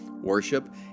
worship